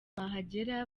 bahagera